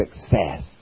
success